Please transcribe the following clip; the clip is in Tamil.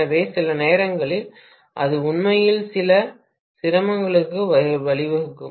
எனவே சில நேரங்களில் அது உண்மையில் சில சிரமங்களுக்கு வழிவகுக்கும்